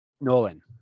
Nolan